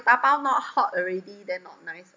tapau not hot already then not nice [what]